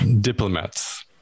diplomats